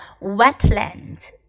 wetlands